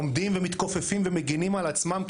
הם עומדים, מתכופפים ומגנים על עצמם.